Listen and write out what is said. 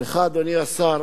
לך, אדוני השר,